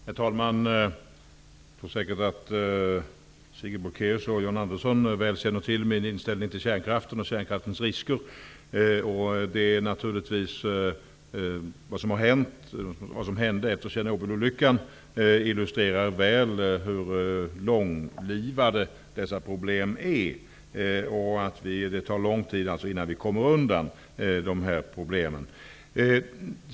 Herr talman! Jag tror säkert att Sigrid Bolkéus och John Andersson väl känner till min inställning till kärnkraften och dess risker. Det som hände efter Tjernobylolyckan illustrerar väl hur långlivade dessa problem är. Det tar lång tid innan vi kommer undan problemen.